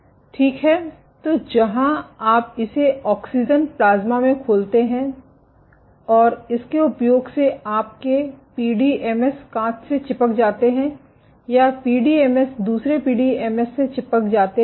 ठीक है तो जहां आप इसे ऑक्सीजन प्लाज्मा में खोलते हैं और इसके उपयोग से आपके पीडीएमएस कांच से चिपक जाते हैं या पीडीएमएस दूसरे पीडीएमएस से चिपक जाते हैं